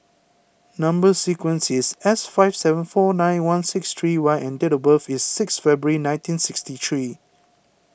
Number Sequence is S five seven four nine one six three Y and date of birth is six February nineteen sixty three